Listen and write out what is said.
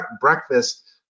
breakfast